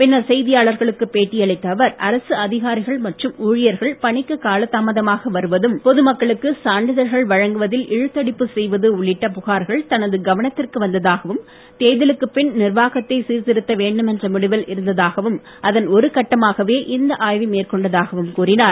பின்னர் செய்தியாளர்களுக்கு பேட்டியளித்த அவர் அரசு அதிகாரிகள் மற்றும் ஊழியர்கள் பணிக்கு காலதாமதமாக வருவதும் பொதுமக்களுக்கு சான்றிதழ்கள் வழங்குவதில் இழுத்தடிப்பு செய்வது உள்ளிட்ட புகார்கள் தனது கவனத்திற்கு வந்ததாகவும் தேர்தலுக்குப் பின் நிர்வாகத்தை சீர்திருத்த வேண்டும் என்ற முடிவில் இருந்ததாகவும் அதன் ஒரு கட்டமாகவே இந்த ஆய்வை மேற்கொண்டதாகவும் கூறினார்